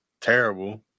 terrible